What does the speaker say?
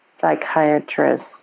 psychiatrist